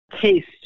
Taste